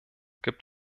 gibt